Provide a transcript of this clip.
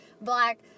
black